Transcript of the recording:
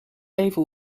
even